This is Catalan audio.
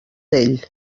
ell